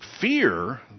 fear